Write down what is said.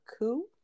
coup